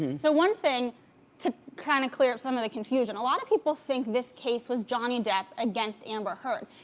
and so, one thing to kinda kind of clear up some of the confusion, a lot of people think this case was johnny depp against amber heard.